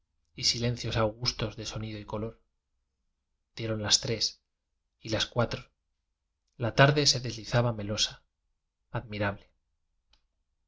reojo yjsilencios augustos de sonido y color dieron las tres y las cuatro la tarde se deslizaba melosa admira